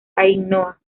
ainhoa